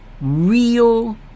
real